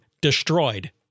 destroyed